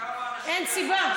אין סיבה.